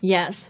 Yes